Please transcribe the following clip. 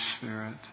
Spirit